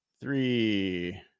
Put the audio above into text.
three